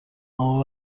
اما